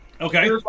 Okay